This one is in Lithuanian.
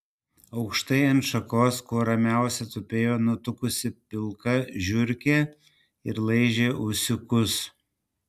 aukštai ant šakos kuo ramiausiai tupėjo nutukusi pilka žiurkė ir laižė ūsiukus